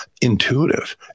intuitive